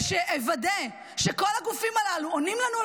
ושאוודא שכל הגופים הללו עונים לנו על